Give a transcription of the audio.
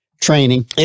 Training